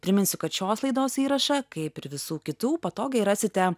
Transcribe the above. priminsiu kad šios laidos įrašą kaip ir visų kitų patogiai rasite